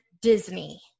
Disney